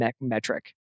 metric